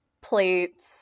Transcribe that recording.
plates